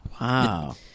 Wow